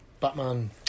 Batman